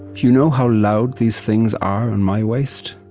you know how loud these things are on my waist?